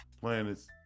planets